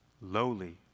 lowly